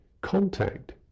contact